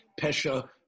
Pesha